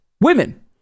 women